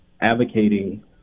advocating